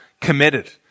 committed